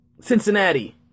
Cincinnati